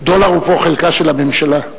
דולר הוא פה חלקה של הממשלה.